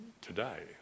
today